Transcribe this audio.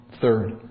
Third